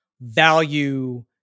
value